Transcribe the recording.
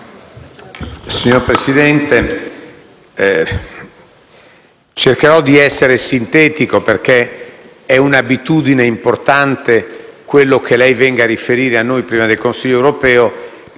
del Consiglio, cercherò di essere sintetico, perché è un'abitudine importante quella che lei venga a riferire a noi prima del Consiglio europeo